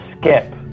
skip